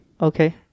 okay